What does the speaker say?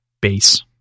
base